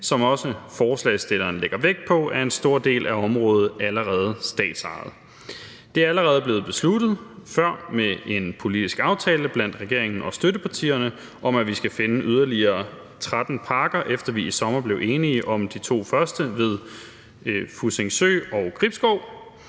som også forslagsstillerne lægger vægt på, er en stor del af området allerede statsejet. Det er allerede blevet besluttet med en politisk aftale mellem regeringen og støttepartierne, at vi skal finde plads til yderligere 13 parker, efter at vi i sommer blev enige om de to første ved Fussingø og Gribskov.